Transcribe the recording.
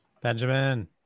Benjamin